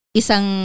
isang